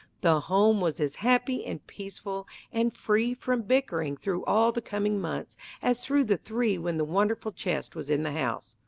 the home was as happy and peaceful and free from bickering through all the coming months as through the three when the wonderful chest was in the house.